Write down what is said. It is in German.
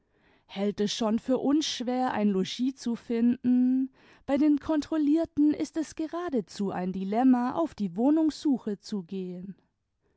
hält es schon für uns schwer ein logs zu finden bei den kontrollierten ist es geradezu ein dilemma auf die wohnungssuche zu gehen